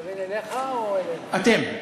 הוא התכוון אליך או, "אתם".